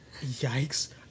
Yikes